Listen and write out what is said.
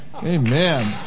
Amen